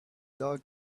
dog